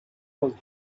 was